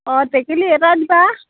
অঁ টেকেলি এটা দিবা